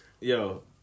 Yo